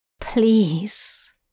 please